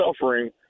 suffering